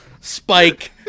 Spike